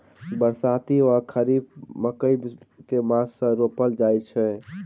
बरसाती वा खरीफ मकई केँ मास मे रोपल जाय छैय?